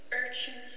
urchins